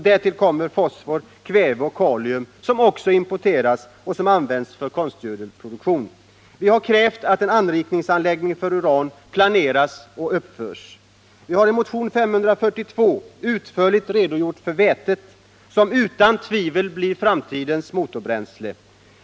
Därtill kommer fosfor, kväve och kalium, som också importeras och som används för konstgödselproduktion. Vi har krävt att en anrikningsanläggning för uran planeras och uppförs. Vi har i motion 542 utförligt redogjort för vätet, som utan tvivel blir framtidens motorbränsle.